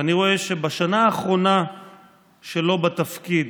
ואני רואה שבשנה האחרונה שלו בתפקיד,